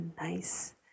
nice